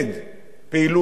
פעילות כזאת,